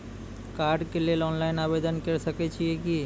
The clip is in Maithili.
कार्डक लेल ऑनलाइन आवेदन के सकै छियै की?